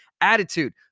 Attitude